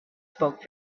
spoke